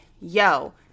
yo